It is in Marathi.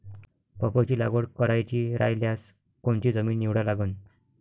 पपईची लागवड करायची रायल्यास कोनची जमीन निवडा लागन?